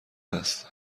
است